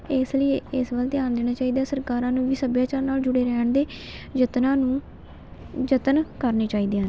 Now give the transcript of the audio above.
ਇਸ ਲਈ ਇਸ ਵੱਲ ਧਿਆਨ ਦੇਣਾ ਚਾਹੀਦਾ ਸਰਕਾਰਾਂ ਨੂੰ ਵੀ ਸੱਭਿਆਚਾਰ ਨਾਲ ਜੁੜੇ ਰਹਿਣ ਦੇ ਯਤਨਾਂ ਨੂੰ ਯਤਨ ਕਰਨੇ ਚਾਹੀਦੇ ਹਨ